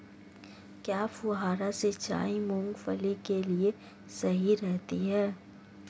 क्या फुहारा सिंचाई मूंगफली के लिए सही रहती है?